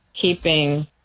keeping